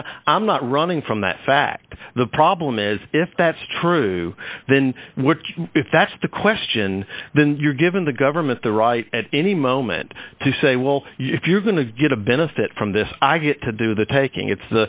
not i'm not running from that fact the problem is if that's true then what if that's the question then you're giving the government the right at any moment to say well if you're going to get a benefit from this i get to do the taking it's